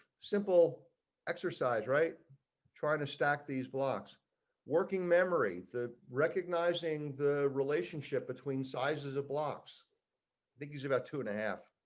simple exercise right trying to stack these blocks working memory, the recognizing the relationship between sizes of blocks that is about two and a half.